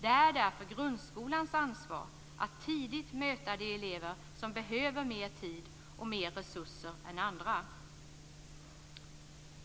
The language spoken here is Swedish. Det är därför grundskolans ansvar att tidigt möta de elever som behöver mer tid och mer resurser än andra.